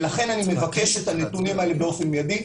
לכן אני מבקש את הנתונים האלה באופן מיידי.